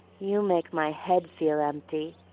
you make my head feel empty,